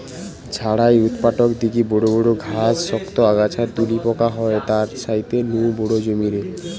ঝাড়াই উৎপাটক দিকি বড় বড় ঘাস, শক্ত আগাছা তুলি পোকা হয় তার ছাইতে নু বড় জমিরে